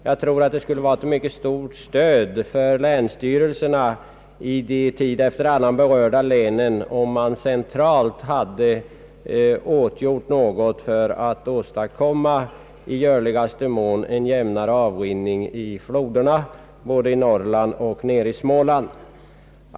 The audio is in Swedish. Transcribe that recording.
Säkerligen skulle det vara ett mycket stort stöd för länsstyrelserna i de tid efter annan berörda länen, om man centralt hade åtgjort någonting för att åstadkomma en i möjligaste mån jämn avrinning i floderna, såväl i Norrland som i Småland.